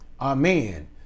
amen